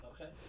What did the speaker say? Okay